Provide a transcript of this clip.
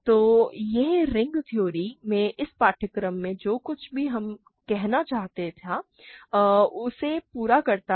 तो यह ring theory में इस पाठ्यक्रम में जो कुछ भी कहना चाहता था उसे पूरा करता है